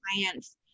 clients